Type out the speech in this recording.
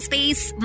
Space